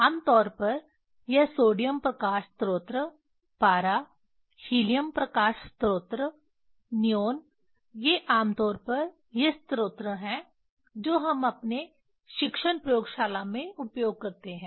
आम तौर पर यह सोडियम प्रकाश स्रोत पारा हीलियम प्रकाश स्रोत नियोन ये आम तौर पर ये स्रोत हैं जो हम अपने शिक्षण प्रयोगशाला में उपयोग करते हैं